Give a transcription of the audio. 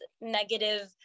negative